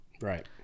right